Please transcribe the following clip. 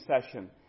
session